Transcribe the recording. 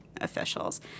officials